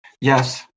Yes